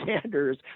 Sanders